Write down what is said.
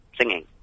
singing